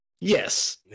Yes